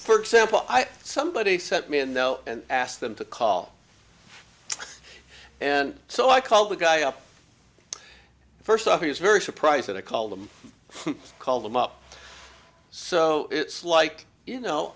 for example i somebody sent me a note and asked them to call and so i called the guy up first off he was very surprised that i called them call them up so it's like you know